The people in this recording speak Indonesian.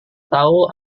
tahu